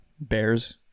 Bears